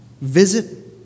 Visit